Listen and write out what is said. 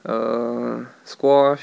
err squash